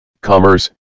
Commerce